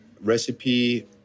Recipe